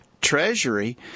treasury